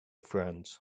friends